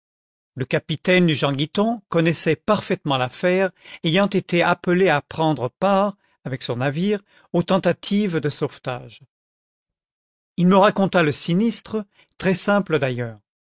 le capitaine du jean guiton connaissait parfaitement l'affaire ayant été appelé à prendre part avec son navire aux tentatives de sauvetage il me raconta le sinistre très simple d'ailleurs